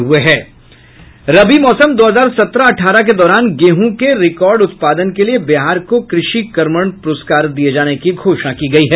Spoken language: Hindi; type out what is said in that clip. रबी मौसम दो हजार सत्रह अठारह के दौरान गेंहू के रिकार्ड उत्पादन के लिए बिहार को कृषि कर्मण पुरस्कार दिये जाने की घोषणा की गई है